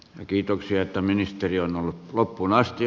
kiitoksia että ministeri on ollut loppuun asti